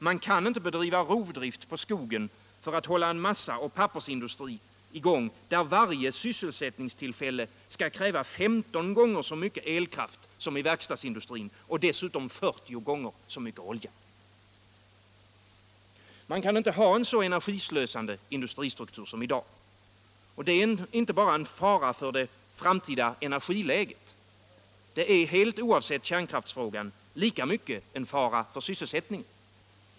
Man kan inte bedriva rovdrift på skdgcn för att hålla en massaoch pappersindustri i gång, där varje sysselsättningstillfälle skall kräva 15 gånger så mycket elkraft som i verkstadsindustrin och dessutom 40 gånger så mycket olja. Man kan inte ha en så cnergislösande industristruktur som i dag. Det är inte bara en fara för det framtida energiläget — det är, helt oavsett kärnkraftsfrågan, lika mycket en fara för sysselsättningen.